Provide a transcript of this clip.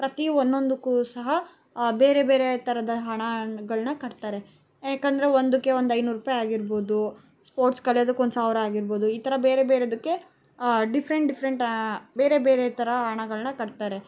ಪ್ರತಿ ಒನ್ನೊಂದುಕ್ಕೂ ಸಹ ಬೇರೆ ಬೇರೆ ಥರದ ಹಣಗಳನ್ನ ಕಟ್ತಾರೆ ಯಾಕಂದರೆ ಒಂದಕ್ಕೆ ಒಂದು ಐನೂರು ರೂಪಾಯಿ ಆಗಿರ್ಬೋದು ಸ್ಪೋರ್ಟ್ಸ್ ಕಲ್ಯೋದಕ್ಕೆ ಒಂದು ಸಾವಿರ ಆಗಿರ್ಬೋದು ಈ ಥರ ಬೇರೆ ಬೇರೆದಕ್ಕೆ ಡಿಫ್ರೆಂಟ್ ಡಿಫ್ರೆಂಟ್ ಬೇರೆ ಬೇರೆ ಥರ ಹಣಗಳ್ನ ಕಟ್ತಾರೆ